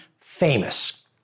Famous